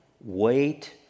wait